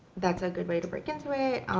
that's a good way to break into it.